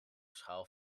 schaal